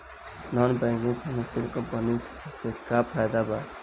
Non banking financial company से का फायदा बा?